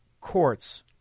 courts